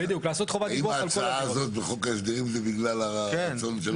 האם ההצעה הזאת בחוק ההסדרים בגלל הרצון שלכם?